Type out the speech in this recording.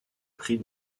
pris